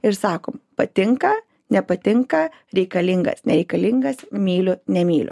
ir sakom patinka nepatinka reikalingas nereikalingas myliu nemyliu